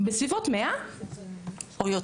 בסביבות 100. או יותר.